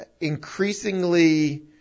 increasingly